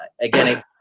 again